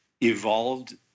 evolved